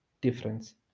difference